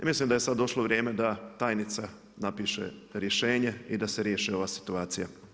Mislim da je sada došlo vrijeme da tajnica napiše rješenje i da se riječi ova situacija.